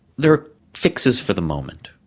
they are fixes for the moment.